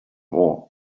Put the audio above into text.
war